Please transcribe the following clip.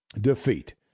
defeat